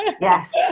Yes